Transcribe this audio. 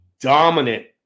dominant